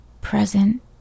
present